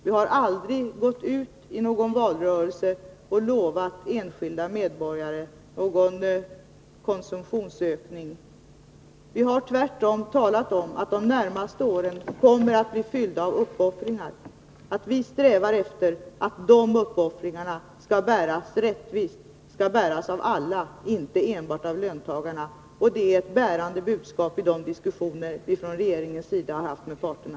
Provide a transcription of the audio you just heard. Vi har inte gått ut i valrörelsen och lovat enskilda medborgare någon konsumtionsökning. Vi har tvärtom talat om att de närmaste åren kommer att bli fyllda av uppoffringar, men att vi strävar efter att dessa uppoffringar skall bäras rättvist och av alla, inte enbart av löntagarna. Det är ett genomgående budskap också i de diskussioner som regeringen har haft med parterna.